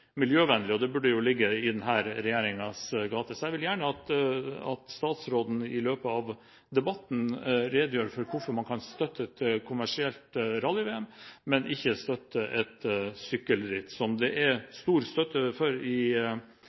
miljøvennlig, og det burde jo ligge i denne regjeringens gate. Jeg vil gjerne at statsråden i løpet av debatten redegjør for hvorfor man kan støtte et kommersielt rally-VM, men ikke et sykkelritt som det er stor støtte for i